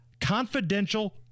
confidential